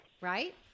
Right